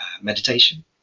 meditation